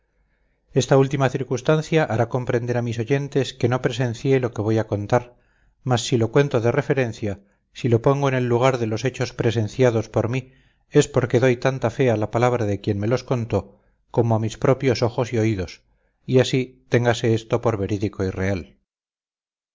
esta última circunstancia hará comprender a mis oyentes que no presencié lo que voy a contar mas si lo cuento de referencia si lo pongo en el lugar de los hechos presenciados por mí es porque doy tanta fe a la palabra de quien me los contó como a mis propios ojos y oídos y así téngase esto por verídico y real